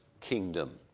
kingdom